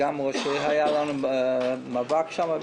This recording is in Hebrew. היה לנו מאבק שם.